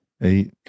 Eight